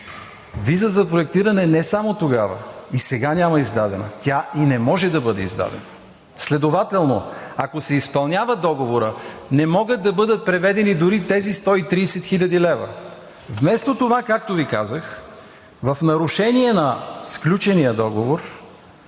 Виза за проектиране не само тогава и сега няма издадена – тя и не може да бъде издадена. Следователно, ако се изпълнява договорът не могат да бъдат преведени дори тези 130 хил. лв. Вместо това, както Ви казах, в нарушение на сключения договор